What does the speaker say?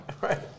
right